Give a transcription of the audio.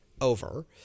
over